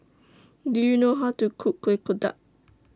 Do YOU know How to Cook Kueh Kodok